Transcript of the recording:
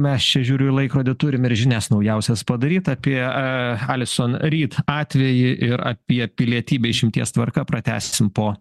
mes čia žiūriu į laikrodį turim ir žinias naujausias padaryt apie a alison ryt atvejį ir apie pilietybę išimties tvarka pratęsim po